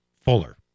Fuller